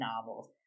novels